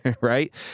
right